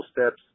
steps